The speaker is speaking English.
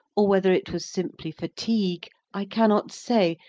or whether it was simply fatigue, i cannot say,